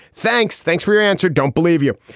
thanks. thanks for your answer. don't believe you.